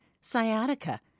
sciatica